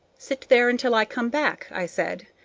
sit there until i come back, i said,